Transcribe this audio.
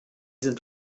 sind